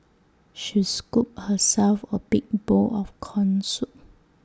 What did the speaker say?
she scooped herself A big bowl of Corn Soup